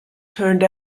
turned